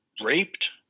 raped